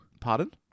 Pardon